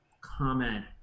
comment